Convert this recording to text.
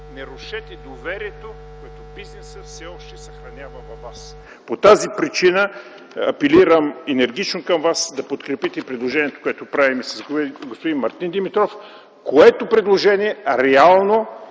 не рушете доверието, което бизнесът все още съхранява към вас. По тази причина апелирам енергично към вас да подкрепите предложението, което правим с господин Мартин Димитров, което реално